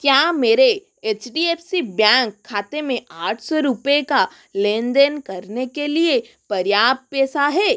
क्या मेरे H D F C bank खाते में आठ सौ रुपये का लेन देन करने के लिए पर्याप्त पैसा है